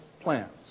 plans